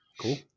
cool